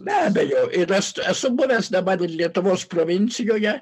be abejo ir aš esu buvęs dabar ir lietuvos provincijoje